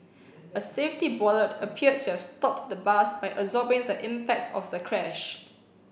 a safety bollard appeared to have stopped the bus by absorbing the impact of the crash